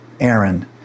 Aaron